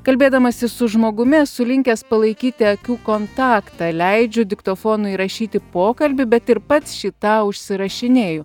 kalbėdamasis su žmogumi esu linkęs palaikyti akių kontaktą leidžiu diktofonui įrašyti pokalbį bet ir pats šį tą užsirašinėju